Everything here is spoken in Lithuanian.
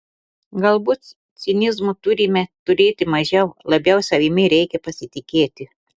galbūt cinizmo turime turėti mažiau labiau savimi reikia pasitikėti